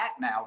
now